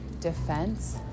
defense